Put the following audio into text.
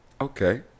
okay